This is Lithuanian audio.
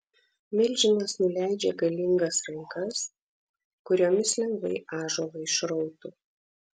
milžinas nuleidžia galingas rankas kuriomis lengvai ąžuolą išrautų